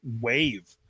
wave